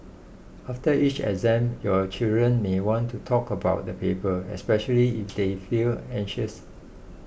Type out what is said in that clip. after each exam your children may want to talk about the paper especially if they feel anxious